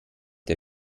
der